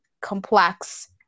complex